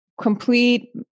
complete